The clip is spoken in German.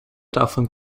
davon